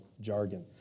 jargon